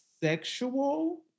sexual